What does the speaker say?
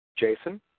Jason